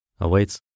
awaits